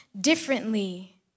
differently